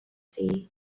tea